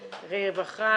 רווחה,